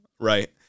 right